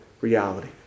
reality